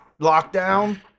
lockdown